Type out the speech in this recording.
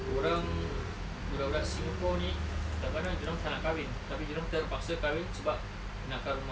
orang budak-budak singapore ni kadang-kadang dia orang tak nak kahwin tapi dia orang terpaksa kahwin sebab nakkan rumah